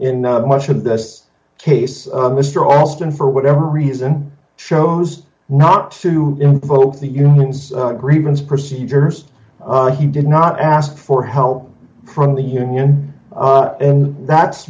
in much of this case mr alston for whatever reason chose not to invoke the unions agreements procedures he did not ask for help from the union and that's